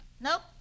Nope